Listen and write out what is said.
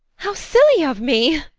how silly of me!